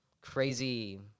crazy